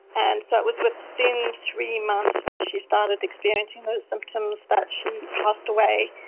and so it was within three months that she started experiencing those symptoms that she passed away.